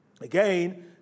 Again